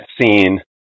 scene